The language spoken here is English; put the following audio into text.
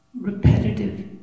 repetitive